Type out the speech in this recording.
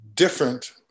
different